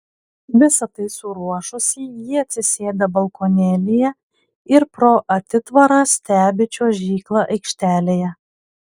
visa tai suruošusi ji atsisėda balkonėlyje ir pro atitvarą stebi čiuožyklą aikštelėje